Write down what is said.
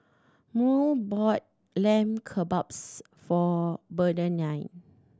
Murl bought Lamb Kebabs for Bernardine